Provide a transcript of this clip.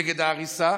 נגד ההריסה,